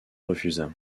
refusa